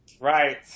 Right